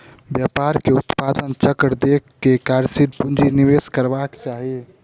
व्यापार के उत्पादन चक्र देख के कार्यशील पूंजी निवेश करबाक चाही